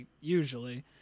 usually